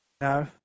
No